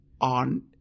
on